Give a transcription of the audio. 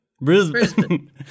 Brisbane